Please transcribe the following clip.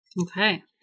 Okay